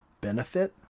benefit